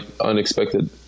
unexpected